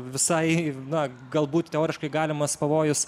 visai na galbūt teoriškai galimas pavojus